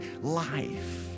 life